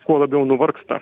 kuo labiau nuvargsta